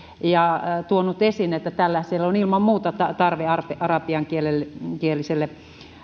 ja tuonut esiin että siellä on ilman muuta tarve arabiankieliselle